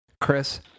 Chris